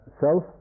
self